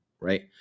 right